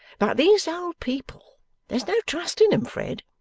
but these old people there's no trusting them, fred.